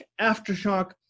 Aftershock